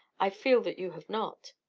i feel that you have not!